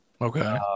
Okay